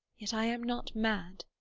yet i am not mad.